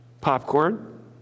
popcorn